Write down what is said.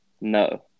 No